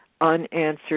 unanswered